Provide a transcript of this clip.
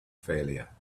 failure